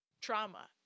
trauma